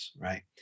right